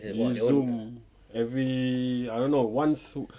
we zoom every I don't know once